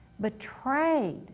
betrayed